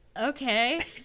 okay